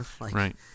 Right